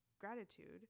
gratitude